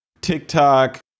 TikTok